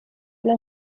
إلى